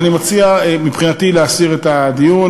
אני מציע, מבחינתי, להסיר את הדיון.